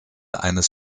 eines